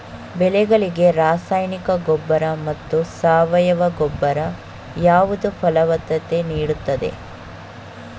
ಬೆಳೆಗಳಿಗೆ ರಾಸಾಯನಿಕ ಗೊಬ್ಬರ ಅಥವಾ ಸಾವಯವ ಗೊಬ್ಬರ ಯಾವುದು ಫಲವತ್ತತೆ ನೀಡುತ್ತದೆ?